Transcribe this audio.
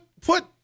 put